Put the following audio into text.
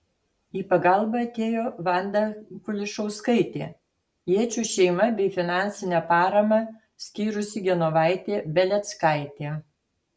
į pagalbą atėjo vanda kulišauskaitė jėčių šeima bei finansinę paramą skyrusi genovaitė beleckaitė